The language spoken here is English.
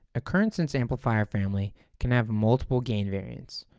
a current sense amplifier family can have multiple gain variance.